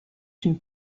une